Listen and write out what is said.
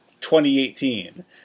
2018